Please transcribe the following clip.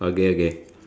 okay okay